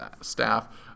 staff